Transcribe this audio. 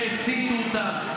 שהסיתו אותם,